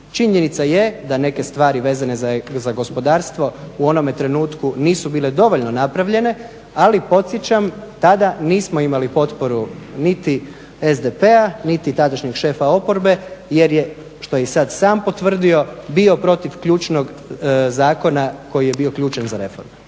Činjenica je da neke stvari vezane za gospodarstvo u onome trenutku nisu bile dovoljno napravljene ali podsjećam tada nismo imali potporu niti SDP-a niti tadašnjeg šefa oporbe jer je što i sad sam potvrdio bio protiv ključnog zakona koji je bio ključan za reforme.